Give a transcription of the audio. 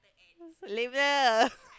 lazier